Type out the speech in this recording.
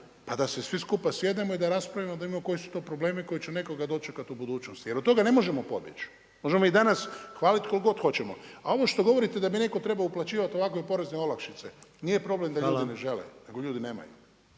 pa da se svi skupa sjednemo i da raspravimo, da vidimo koji su to problemi koji će nekoga dočekati u budućnosti. Jer od toga ne možemo pobjeći. Možemo mi danas hvalit koga kog hoćemo, a ovo što vi govorite da bi netko trebao uplaćivati ovakve porezne olakšice nije problem da ljudi ne žele, nego ljudi nemaju.